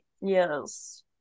Yes